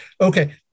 Okay